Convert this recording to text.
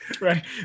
Right